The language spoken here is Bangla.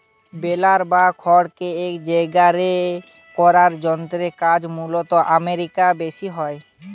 বেলার বা খড়কে এক জায়গারে করার যন্ত্রের কাজ মূলতঃ আমেরিকায় বেশি হয়